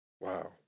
Wow